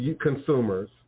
consumers